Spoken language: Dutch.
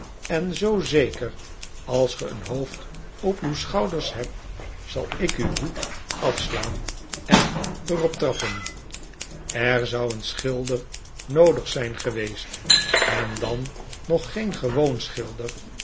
en zoo zeker als ge een hoofd op uw schouders hebt zal ik uw hoed afslaan en er op trappen er zou een schilder noodig zijn geweest en dan nog geen gewoon schilder